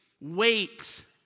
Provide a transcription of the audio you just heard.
wait